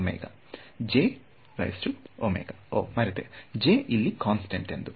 ವಿದ್ಯಾರ್ಥಿ j ಓಹ್ ಮರೆತೆ j ಇಲ್ಲಿ ಕಾನ್ಸ್ಟೆಂಟ್ ಎಂದು